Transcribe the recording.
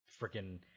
Freaking